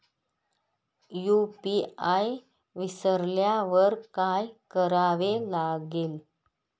UPI विसरल्यावर काय करावे लागेल?